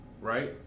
right